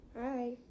hi